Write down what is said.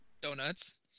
Donuts